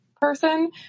person